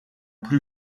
plus